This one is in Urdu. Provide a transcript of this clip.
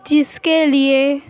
جس کے لیے